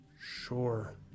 Sure